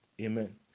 amen